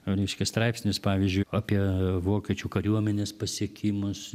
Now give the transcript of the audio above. reiškia straipsnius pavyzdžiui apie vokiečių kariuomenės pasiekimus